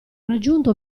raggiunto